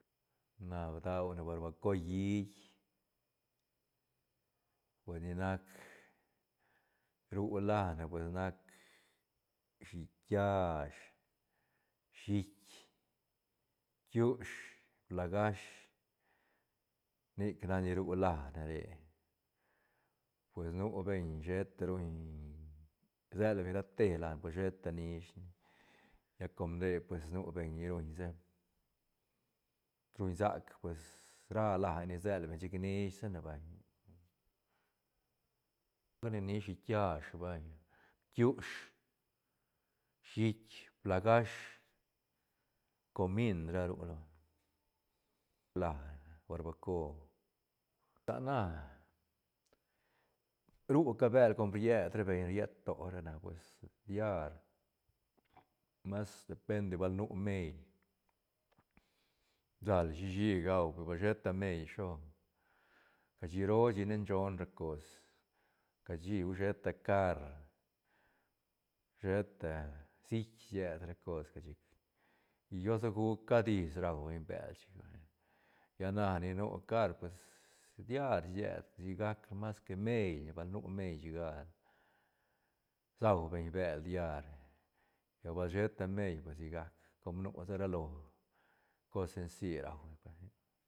Na daune barbaco hiit pue ni nac ru lane pue nac shiit kiash, shiit, bkiush, blajash nic nac ni ru lane re pues nu beñ sheta ruñ rsel beñ rate lane pues sheta nish lla com nde pues nu beñ ruñ sa ruñ sac pues ra laene isel beñ chic nish sa ne vay la gal ni- ni shiit kiash vay bkiush, shiit, blajash comín ra ru lone blan barbaco ta na ru ca bel com riet ra beñ riet to na pues diarmas depende bal nu meil sal shí-shí gau beñ bal sheta meil sho, cashi roo chic ne nshol ra cos cashi hui sheta car sheta sic sied ra cos ga chic diosaguc cad is rau beñ bel chic vay lla na ni nu car pues diar sietne sigac mas que meil bal nu meil shiga sau beñ bel diar lla bal sheta meil pues sigac com nu sa ra lo cos senci rau beñ vay